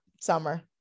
Summer